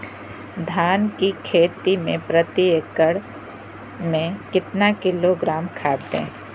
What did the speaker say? धान की खेती में प्रति एकड़ में कितना किलोग्राम खाद दे?